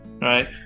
right